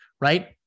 right